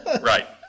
right